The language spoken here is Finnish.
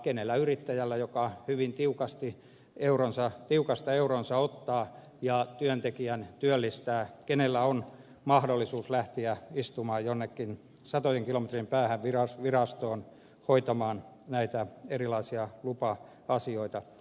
kenellä yrittäjällä joka hyvin tiukasta euronsa ottaa ja työntekijän työllistää on mahdollisuus lähteä istumaan jonnekin satojen kilometrien päähän virastoon hoitamaan näitä erilaisia lupa asioita